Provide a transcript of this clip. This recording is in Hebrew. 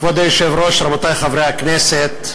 כבוד היושב-ראש, רבותי חברי הכנסת,